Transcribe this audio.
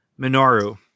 Minoru